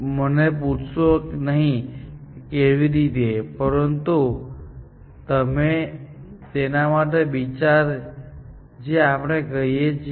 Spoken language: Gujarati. મને પૂછશો નહીં કે કેવી રીતે પરંતુ તેના માટે વિચારો જે આપણે કરી શકીએ